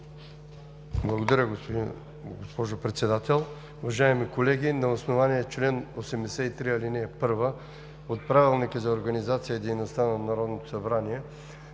Благодаря, госпожо Председател. Уважаеми колеги, на основание чл. 83, ал. 1 от Правилника за организацията и дейността на Народното събрание